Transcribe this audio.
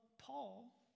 Paul